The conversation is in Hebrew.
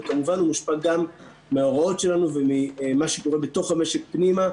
וכמובן הוא מושפע גם מההוראות שלנו וממה שקורה בתוך המשק פנימה,